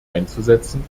einzusetzen